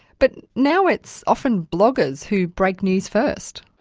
but now it's often bloggers who break news first.